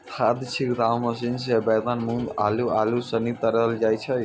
खाद छिड़काव मशीन से बैगन, मूँग, आलू, आरू सनी करलो जाय छै